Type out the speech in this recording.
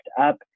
up